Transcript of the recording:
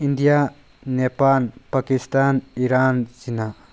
India Nepal Pakistan Iran China